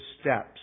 steps